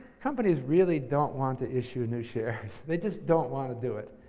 companies really don't want to issue new shares. they just don't want to do it.